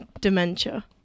Dementia